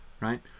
right